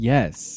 Yes